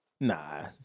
Nah